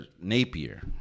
Napier